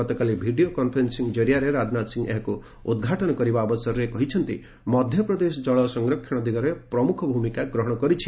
ଗତକାଲି video conferencing ଜରିଆରେ ରାଜନାଥ ସିଂହ ଏହାକୁ ଉଦ୍ଘାଟନ କରିବା ଅବସରରେ କହିଛନ୍ତି ମଧ୍ୟପ୍ରଦେଶ ଜଳ ସଂରକ୍ଷଣ ଦିଗରେ ପ୍ରମୁଖ ଭ୍ତମିକା ଗ୍ରହଣ କରିଛି